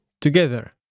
together